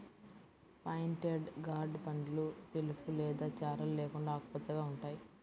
pointed gourd పండ్లు తెలుపు లేదా చారలు లేకుండా ఆకుపచ్చగా ఉంటాయి